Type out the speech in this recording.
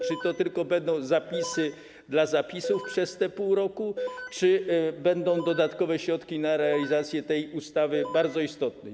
Czy to tylko będą zapisy dla zapisów przez te pół roku, czy będą dodatkowe środki na realizację tej bardzo istotnej ustawy?